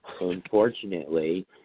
Unfortunately